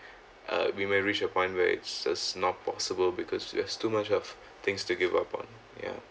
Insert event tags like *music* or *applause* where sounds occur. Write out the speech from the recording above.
uh we may reach a point where is it's not possible because we have too much of *breath* things to give up on ya